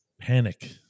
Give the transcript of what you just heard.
Panic